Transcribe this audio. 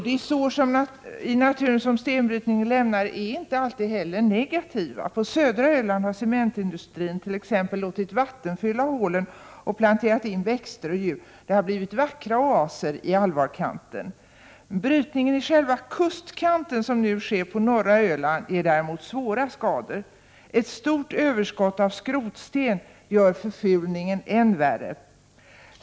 De sår i naturen som stenbrytning lämnar är inte heller alltid negativa. På södra Öland har cementindustrin t.ex. låtit vattenfylla hålen och planterat in växter och djur. Det har blivit vackra oaser i alvarkanten. Brytningen i själva kustkanten, som sker på norra Öland, ger däremot svåra skador. Ett stort överskott av skrotsten gör förfulningen än värre.